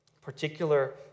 particular